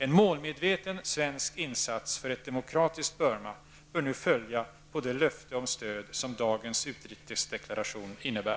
En målmedveten svensk insats för ett demokratiskt Burma bör nu följa på det löfte om stöd som dagens utrikesdeklaration innebär.